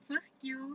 first skill